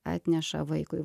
atneša vaikui